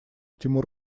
тимур